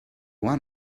want